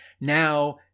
now